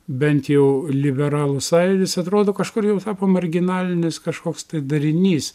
bent jau liberalų sąjūdis atrodo kažkur jau tapo marginalinis kažkoks darinys